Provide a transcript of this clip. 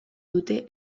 dute